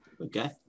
Okay